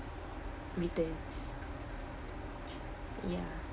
return ya